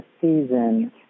season